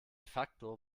facto